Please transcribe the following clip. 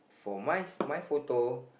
for mine my photo